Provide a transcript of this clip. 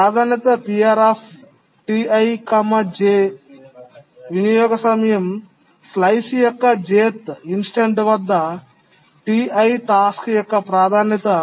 ప్రాధాన్యత వినియోగ సమయం స్లైస్ యొక్క jth ఇన్స్టంట్ వద్ద Ti టాస్క్ యొక్క ప్రాధాన్యత